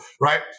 Right